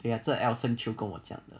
ya 这个 elson chew 跟我讲的